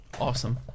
Awesome